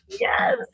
Yes